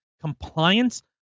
Compliance